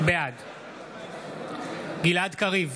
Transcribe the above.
בעד גלעד קריב,